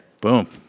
Boom